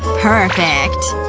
perfect!